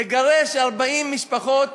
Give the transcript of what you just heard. לגרש 40 משפחות